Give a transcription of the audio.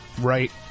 right